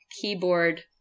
keyboard